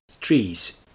trees